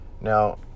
Now